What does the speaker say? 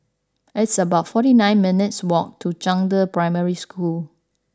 it's about forty nine minutes' walk to Zhangde Primary School